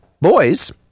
boys